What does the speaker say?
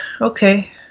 okay